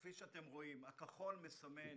כפי שאתם רואים, הכחול מסמן.